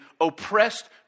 oppressed